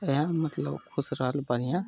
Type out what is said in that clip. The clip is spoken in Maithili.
एहन मतलब खुश रहल बढ़िआँ